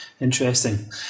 Interesting